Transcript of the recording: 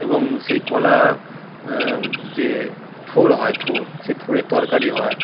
এবং সেই কলা যে থোড় হয় থোড় সে থোড়ের তরকারি হয়